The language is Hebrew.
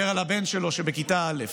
על הבן שלו בכיתה א',